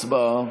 הצבעה.